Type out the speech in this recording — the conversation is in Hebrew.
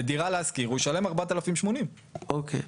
בדירה להשכיר הוא ישלם 4,080. אוקיי.